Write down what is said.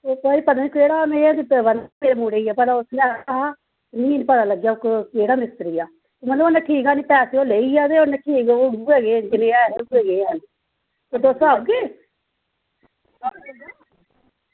ते ओह् पता निं केह् ऐ मुड़े गी उसगी आक्खेआ हा मिगी निं पता लग्गेआ केह्ड़ा मिस्तरी ऐ ते मड़ो पैसे ओह् लेई गेआ ते ठीक निं ओह् उग्गै जेहा ऐ ते तुस आह्गे